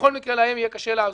בכל מקרה להם יהיה קשה לעזור.